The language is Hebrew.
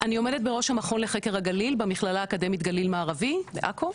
אני עומדת בראש המכון לחקר הגליל במכללה האקדמית גליל מערבי בעכו,